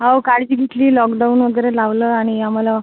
अ हो काळजी घेतली लॉकडाउन वगैरे लावलं आणि आम्हाला